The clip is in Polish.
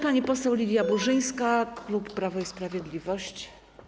Pani poseł Lidia Burzyńska, klub Prawo i Sprawiedliwość.